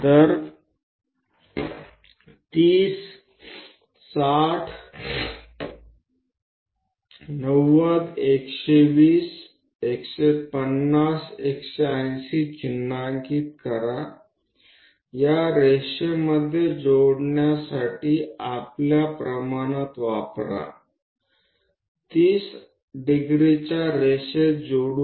તો 30 60 90 120 150 180 ચિહ્નિત કરો આપણી માપપટ્ટીનો ઉપયોગ કરીને આ લીટીઓને જોડો